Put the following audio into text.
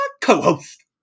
co-host